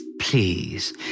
Please